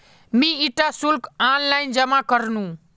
मी इटा शुल्क ऑनलाइन जमा करनु